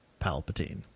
Palpatine